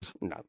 No